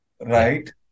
right